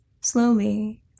Slowly